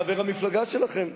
חבר המפלגה שלכם.